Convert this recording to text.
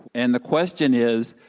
and the question is,